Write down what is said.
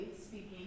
speaking